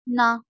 ਨਾ